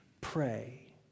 pray